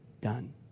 done